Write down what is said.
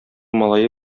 малае